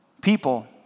people